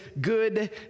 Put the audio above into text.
good